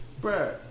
bro